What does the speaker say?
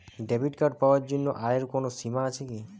Debit card পাওয়ার জন্য আয়ের কোনো সীমা আছে কি?